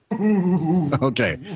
okay